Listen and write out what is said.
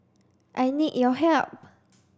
I need your help